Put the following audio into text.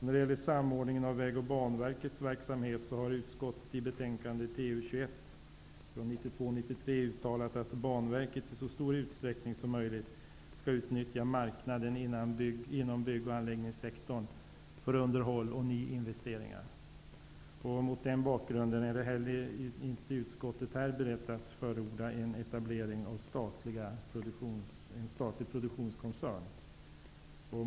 När det gäller samordningen av Vägverkets och Banverkets verksamheter har utskottet i betänkande TU21 från 1992/93 uttalat att Banverket i så stor utsträckning som möjligt skall utnyttja marknaden inom bygg och anläggningssektorn för underhåll och nyinvesteringar. Mot den bakgrunden är utskottet inte heller här berett att förorda en etablering av en statlig produktionskoncern.